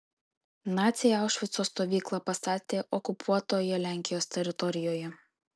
naciai aušvico stovyklą pastatė okupuotoje lenkijos teritorijoje